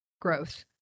growth